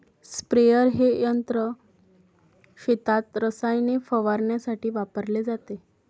sprayer हे यंत्र शेतात रसायने फवारण्यासाठी वापरले जाते